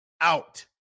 out